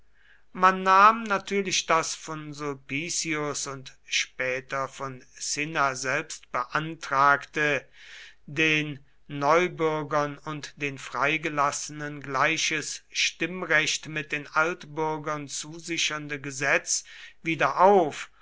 man nahm natürlich das von sulpicius und später von cinna selbst beantragte den neubürgern und den freigelassenen gleiches stimmrecht mit den altbürgern zusichernde gesetz wieder auf